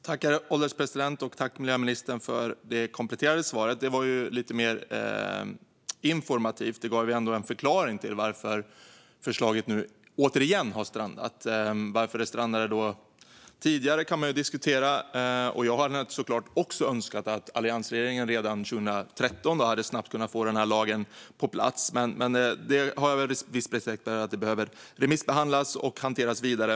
Herr ålderspresident! Tack, miljöministern, för det kompletterande svaret! Det var lite mer informativt. Det gav en förklaring till varför förslaget återigen har strandat. Varför det strandade tidigare kan man diskutera. Jag hade såklart också önskat att alliansregeringen redan 2013 snabbt hade kunnat få denna lag på plats, men jag har viss respekt för att det behövde remissbehandlas och hanteras vidare.